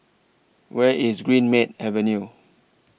Where IS Greenmead Avenue